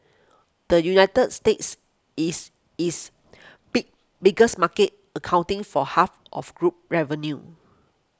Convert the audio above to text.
the United States is its big biggest market accounting for half of group revenue